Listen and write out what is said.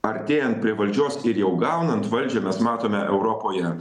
artėjan prie valdžios ir jau gaunant valdžią mes matome europoje